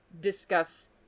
discuss